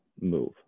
move